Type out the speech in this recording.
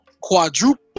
quadruple